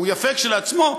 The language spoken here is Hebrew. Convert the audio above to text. הוא יפה כשלעצמו,